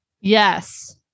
Yes